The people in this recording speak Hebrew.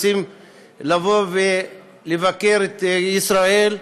רוצים לבוא ולבקר בישראל.